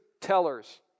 tellers